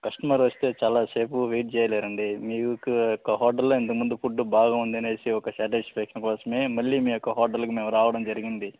ఒక కస్టమర్ వస్తే చాలా సేపు వెయిట్ చేయలేరండి మీ యొక్క హోటల్లో ఇంతక ముందు ఫుడ్ బాగుందనేసి ఒక శాటిస్ఫ్యాక్షన్ కోసమే మళ్ళీ మీ యొక్క హోటల్కి మళ్ళీ మేము రావడం జరిగింది